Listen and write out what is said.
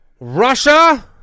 Russia